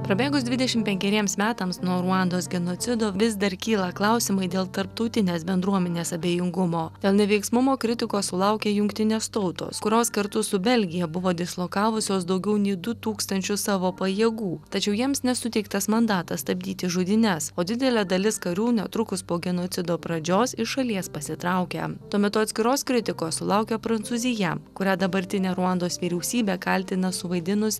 prabėgus dvidešim penkeriems metams nuo ruandos genocido vis dar kyla klausimai dėl tarptautinės bendruomenės abejingumo dėl neveiksnumo kritikos sulaukė jungtinės tautos kurios kartu su belgija buvo dislokavusios daugiau nei du tūkstančius savo pajėgų tačiau jiems nesuteiktas mandatas stabdyti žudynes o didelė dalis karių netrukus po genocido pradžios iš šalies pasitraukia tuo metu atskiros kritikos sulaukia prancūzija kurią dabartinė ruandos vyriausybė kaltina suvaidinus